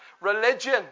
Religion